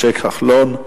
משה כחלון.